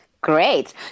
Great